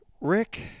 Rick